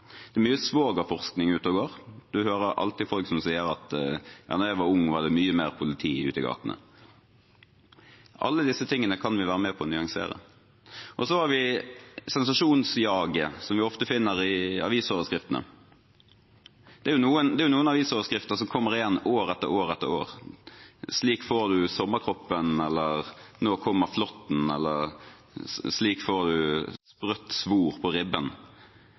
Det er mye «svogerforskning» ute og går. Man hører alltid folk som sier: Da jeg var ung, var det mye mer politi ute i gatene. Alt dette kan vi være med på å nyansere. Så har vi sensasjonsjaget som vi ofte finner i avisoverskriftene. Det er noen avisoverskrifter som kommer igjen år etter år: «Slik får du sommerkroppen», «Nå kommer flåtten», «Slik får du sprø svor på ribben».